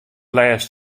lêst